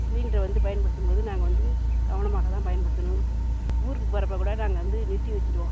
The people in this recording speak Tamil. சிலிண்ட்ரை வந்து பயன்படுத்தும் போது நாங்கள் வந்து கவனமாக தான் பயன்படுத்தணும் ஊருக்கு போகிறப்ப கூட நாங்கள் வந்து நிறுத்தி வெச்சுருவோம்